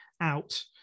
out